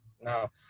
Now